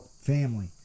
family